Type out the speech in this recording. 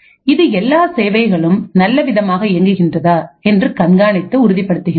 இது எல்லா சேவைகளும் நல்லவிதமாக இயங்குகிறதா என்று கண்காணித்து உறுதிப்படுத்துகிறது